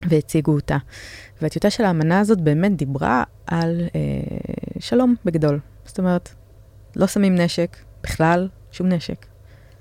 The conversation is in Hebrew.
והציגו אותה, והטיוטה של האמנה הזאת באמת דיברה על שלום בגדול. זאת אומרת, לא שמים נשק, בכלל, שום נשק.